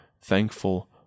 thankful